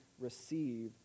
receive